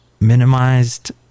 Minimized